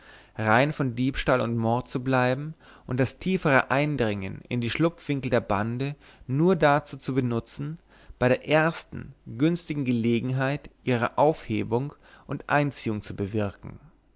rein von diebstahl und mord zu bleiben und das tiefere eindringen in die schlupfwinkel der bande nur dazu zu benutzen bei der ersten günstigen gelegenheit ihre aufhebung und einziehung zu bewirken